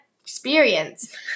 experience